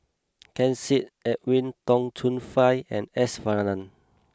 Ken Seet Edwin Tong Chun Fai and S Varathan